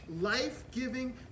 life-giving